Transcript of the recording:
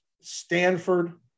Stanford